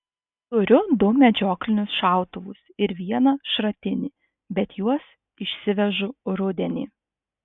turiu du medžioklinius šautuvus ir vieną šratinį bet juos išsivežu rudenį